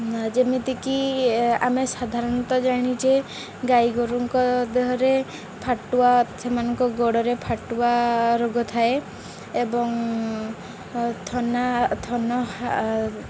ଯେମିତିକି ଆମେ ସାଧାରଣତଃ ଜାଣୁ ଯେ ଗାଈ ଗୋରୁଙ୍କ ଦେହରେ ଫାଟୁଆ ସେମାନଙ୍କ ଗୋଡ଼ ରେ ଫାଟୁଆ ରୋଗ ଥାଏ ଏବଂ ଥନା ଥନ